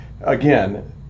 again